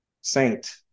Saint